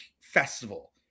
festival